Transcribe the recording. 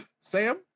sam